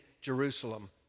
Jerusalem